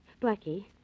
Blackie